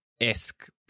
esque